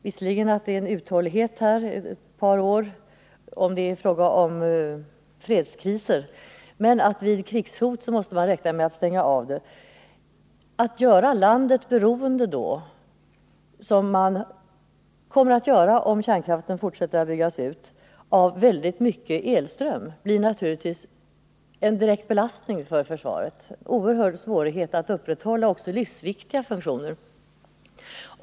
Visserligen räknar man med att kunna upprätthålla driften ett par år vid kärnkraftverken under fredskriser men att man vid krigshot måste räkna med att få stänga av verken. Att då göra landet beroende av väldigt mycket elström — vilket blir fallet om man fortsätter att bygga ut kärnkraften — innebär naturligtvis en direkt belastning för försvaret. Det blir oerhört svårt att upprätthålla livsviktiga funktioner.